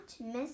miss